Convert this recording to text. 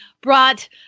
brought